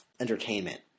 entertainment